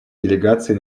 делегаций